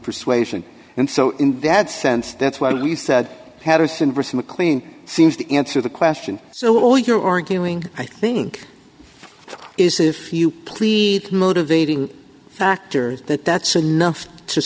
persuasion and so in that sense that's why you said patterson versus mclean seems to answer the question so all you're arguing i think is if you plead motivating factor that that's enough to